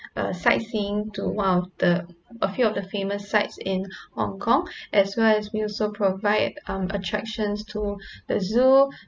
uh sightseeing to one of the a few of the famous sites in hong kong as well as we also provide um attractions to the zoo